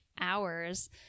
hours